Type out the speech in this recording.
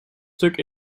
stuk